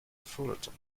fullerton